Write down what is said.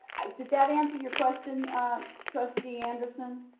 did that answer your question trustee anderson?